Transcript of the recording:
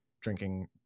drinking